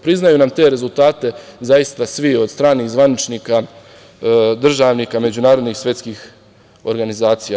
Priznaju nam te rezultate zaista svi od stranih zvaničnika, državnika međunarodnih svetskih organizacija.